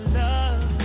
love